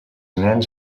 nens